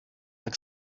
tak